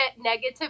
negative